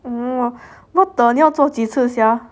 !wah! what the 要做几次 sia